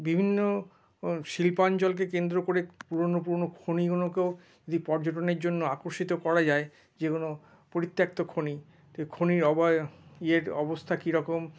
বিভিন্ন শিল্পাঞ্চলকে কেন্দ্র করে পুরনো পুরনো খনিগুলোকেও যে পর্যটনের জন্য আকর্ষিত করা যায় যেকোনো পরিত্যক্ত খনি তো খনির ইয়ের অবস্থা কিরকম